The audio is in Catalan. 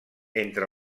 entre